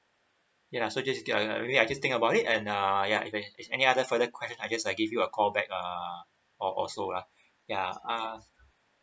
ya so just get maybe I just think about it and uh ya if have any other further question I just like give you a call back uh or also lah ya uh